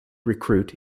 recruit